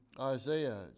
Isaiah